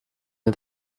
het